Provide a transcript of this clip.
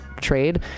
trade